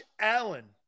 Allen